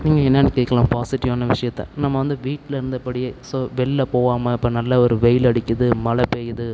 நீங்கள் என்னென்னு கேட்கலாம் பாசிட்டிவ்வான விஷயத்த நம்ம வந்து வீட்டில் இருந்தபடியே ஸோ வெளில போகாம இப்போ நல்ல ஒரு வெயில் அடிக்குது மழை பெய்யுது